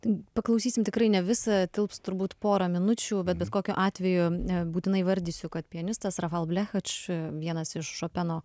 paklausysim tikrai ne visa tilps turbūt pora minučių bet bet kokiu atveju nebūtinai įvardysiu kad pianistas rafal blechač vienas iš šopeno